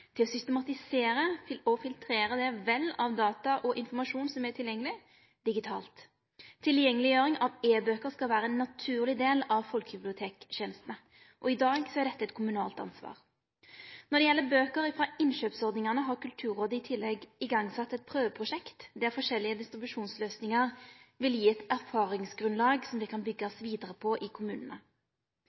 til å systematisere og filtrere det vell av data og informasjon som er tilgjengelig, digitalt. Tilgjengeleggjering av e-bøker skal vere ein naturlig del av tenestene til folkebiblioteka, og i dag er dette eit kommunalt ansvar. Når det gjeld bøker frå innkjøpsordningane, har Kulturrådet i tillegg sett i gang eit prøveprosjekt der forskjellige distribusjonsløysingar vil gi eit erfaringsgrunnlag som det kan byggast vidare på i kommunane.